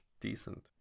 Decent